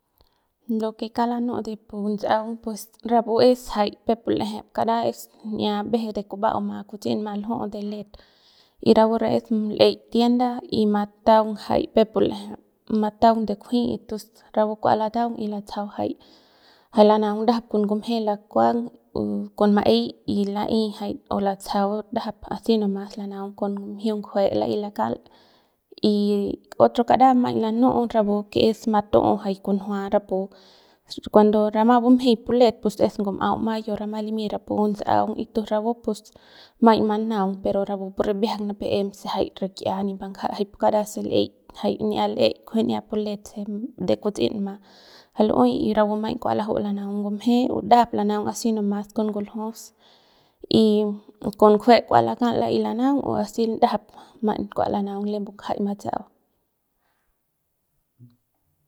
Lo que kauk lanu'u de pu ntsa'aung pues rapu es jay peuk pu l'ejep kara es n'ia mbeje de kuba'auma kutsiñma l'uju de let y rapu re es l'ey tienday mataung jay peuk pu l'eje mataung de kjuin tons rapu kua lataung y latsajau jay jay lanaung ndajap con ngumje lakuang o con ma'ey y la'ey jay latsajau a si no mas lanaung con mjiung ngujue la'ey lakal y otro kara maiñ lanu'u rapu que es matu'u jay kunjua rapu cuando rama bumjey pu let pus es ngum'au mayo rama limi rapu ntsa'aung y tos rapu maiñ manaung pero rapu pu ribiajang nipep em se jay rik'ia nip mbanjay pu kara se l'ey se n'iat l'ey kunjia pu let se de kuts'iñma jay lu'uey y rapu maiñ kua laju lanaung ngumje o ndajap lanaung a si no mas con nguljus y con ngujue kua lakal la'ey lanaung o a si ndajap mañ kua lanaung lem mgajaik matsa'au.